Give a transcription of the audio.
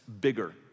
bigger